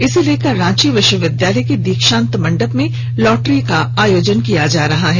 इसे लेकर रांची विश्वविद्यालय के दीक्षातं मंडप में लॉटरी का आयोजन किया जा रहा है